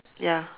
ya